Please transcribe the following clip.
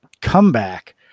comeback